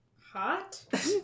hot